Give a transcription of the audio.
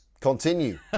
Continue